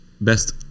best